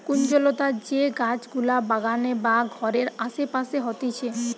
কুঞ্জলতা যে গাছ গুলা বাগানে বা ঘরের আসে পাশে হতিছে